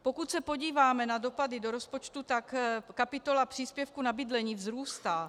Pokud se podíváme na dopady do rozpočtu, kapitola příspěvku na bydlení vzrůstá.